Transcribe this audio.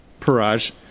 Paraj